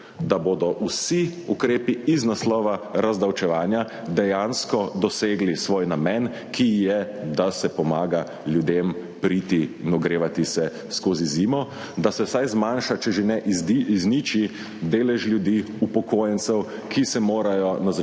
da bodo vsi ukrepi iz naslova razdavčevanja dejansko dosegli svoj namen, ki je, da se pomaga ljudem priti in ogrevati se skozi zimo, da se vsaj zmanjša, če že ne izniči, delež ljudi, upokojencev, ki se morajo na začetku